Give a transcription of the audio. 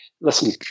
listen